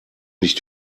nicht